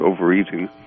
overeating